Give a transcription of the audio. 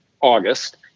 August